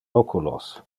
oculos